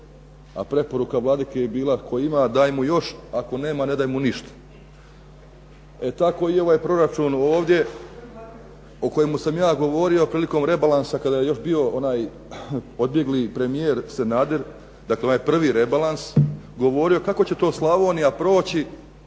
A preporuka vladike je bila tko ima daj mu još, a tko nema ne daj mu ništa. E tako i ovaj proračun ovdje o kojemu sam ja govorio prilikom rebalansa kada je još bio onaj odbjegli premijer Sanader, dakle onaj prvi rebalans, govorio kako će to Slavonija proći